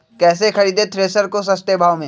कैसे खरीदे थ्रेसर को सस्ते भाव में?